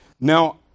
now